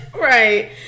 Right